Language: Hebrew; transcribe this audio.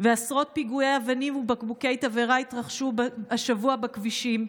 ועשרות פיגועי אבנים ובקבוקי תבערה התרחשו השבוע בכבישים.